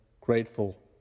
grateful